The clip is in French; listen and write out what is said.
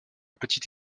petite